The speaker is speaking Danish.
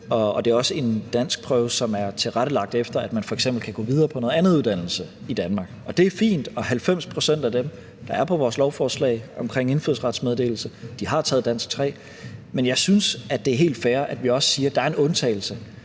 og det er også en danskprøve, som er tilrettelagt efter, at man f.eks. kan gå videre på noget andet uddannelse i Danmark. Det er fint, og 90 pct. af dem, der er på vores lovforslag om indfødsretsmeddelelse, har taget danskprøve 3. Men jeg synes, at det er helt fair, at vi også siger, at der er en undtagelse